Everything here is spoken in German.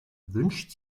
wünscht